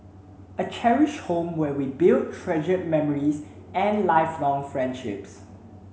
a cherished home where we build treasured memories and lifelong friendships